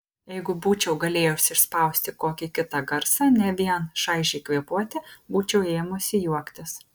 jeigu būčiau galėjusi išspausti kokį kitą garsą ne vien šaižiai kvėpuoti būčiau ėmusi juoktis